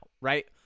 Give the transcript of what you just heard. Right